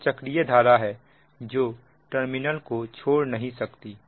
यह चक्रीय धारा है जो टर्मिनल को छोड़ नहीं सकती